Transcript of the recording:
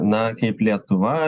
na kaip lietuva